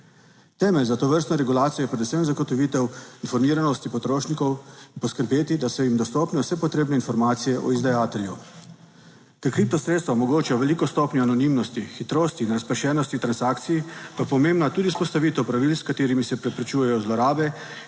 Temelj za tovrstno regulacijo je predvsem zagotovitev informiranosti potrošnikov, poskrbeti, da so jim dostopne vse potrebne informacije o izdajatelju. Ker kripto sredstva omogočajo veliko stopnjo anonimnosti, hitrosti in razpršenosti transakcij, pa je pomembna tudi vzpostavitev pravil, s katerimi se preprečujejo zlorabe